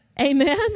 Amen